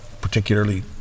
particularly